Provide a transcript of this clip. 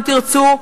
אם תרצו,